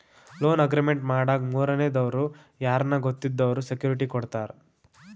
loan agreement ಮಾಡಾಗ ಮೂರನೇ ದವ್ರು ಯಾರ್ನ ಗೊತ್ತಿದ್ದವ್ರು ಸೆಕ್ಯೂರಿಟಿ ಕೊಡ್ತಾರ